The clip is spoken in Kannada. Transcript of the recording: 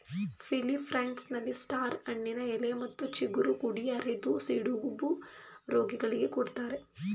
ಫಿಲಿಪ್ಪೈನ್ಸ್ನಲ್ಲಿ ಸ್ಟಾರ್ ಹಣ್ಣಿನ ಎಲೆ ಮತ್ತು ಚಿಗುರು ಕುಡಿ ಅರೆದು ಸಿಡುಬು ರೋಗಿಗಳಿಗೆ ಕೊಡ್ತಾರೆ